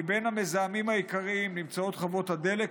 מבין המזהמים העיקריים נמצאות חוות הדלק,